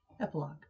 epilogue